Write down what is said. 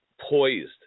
poised